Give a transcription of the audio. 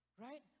Right